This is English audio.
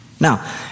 Now